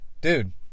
Dude